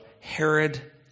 Herod